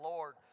Lord